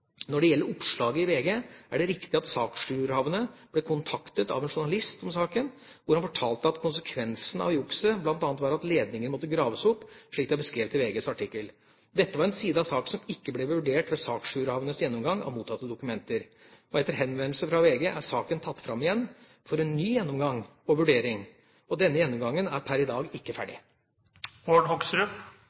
Når det gjelder oppslaget i VG er det riktig at saksjourhavende ble kontaktet av en journalist om saken, hvor han fortalte at konsekvensene av jukset bl.a. var at ledninger måtte graves opp slik det er beskrevet i VGs artikkel. Dette var en side av saken som ikke ble vurdert ved saksjourhavendes gjennomgang av mottatte dokumenter. Etter henvendelsen fra VG er saken tatt frem igjen for ny gjennomgang og vurdering. Denne gjennomgangen er pr i dag ikke